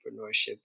entrepreneurship